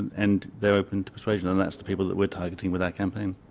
and they're open to persuasion, and that's the people that we're targeting with our campaign.